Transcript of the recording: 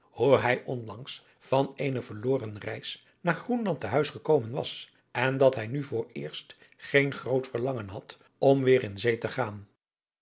hoe hij onlangs van eene verloren reis naar groenland te huis gekomen was en dat hij nu vooreerst geen groot verlangen had om weêr in zee te gaan